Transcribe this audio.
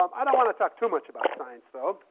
um i don't want to talk too much about science, though.